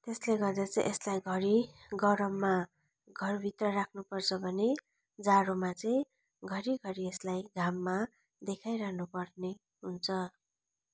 त्यसले गर्दा चाहिँ यसलाई घरी गरममा घर भित्र राख्नु पर्छ भने जाडोमा चाहिँ घरी घरी यसलाई घाममा देखाइरहनु पर्ने हुन्छ